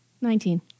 Nineteen